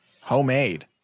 homemade